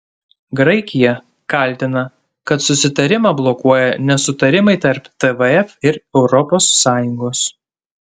graikija kaltina kad susitarimą blokuoja nesutarimai tarp tvf ir europos sąjungos